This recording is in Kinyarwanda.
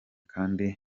kandi